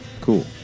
Cool